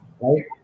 right